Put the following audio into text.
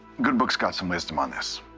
good book's got some wisdom on this.